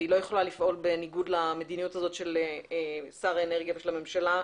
והיא לא יכולה לפעול בניגוד למדיניות הזאת של שר האנרגיה ושל הממשלה.